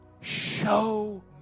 Show